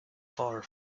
far